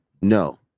No